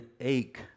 ache